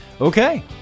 Okay